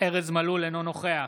אינו נוכח